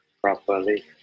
properly